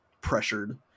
pressured